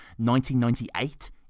1998